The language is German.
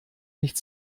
nicht